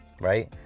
right